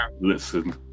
listen